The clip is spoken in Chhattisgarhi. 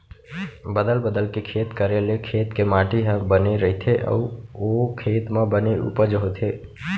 बदल बदल के खेत करे ले खेत के माटी ह बने रइथे अउ ओ खेत म बने उपज होथे